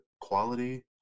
quality